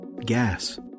gas